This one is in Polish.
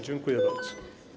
Dziękuję bardzo.